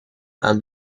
aan